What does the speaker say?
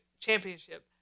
championship